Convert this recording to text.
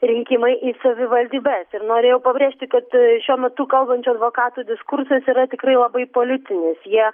rinkimai į savivaldybes ir norėjau pabrėžti kad šiuo metu kalbančio advokato diskursas yra tikrai labai politinis jie